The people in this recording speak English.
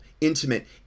intimate